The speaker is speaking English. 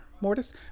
mortis